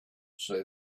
say